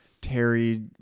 Terry